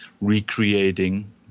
recreating